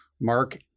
Mark